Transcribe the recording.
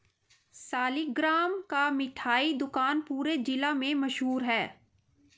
सालिगराम का मिठाई दुकान पूरे जिला में मशहूर है